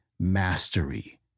mastery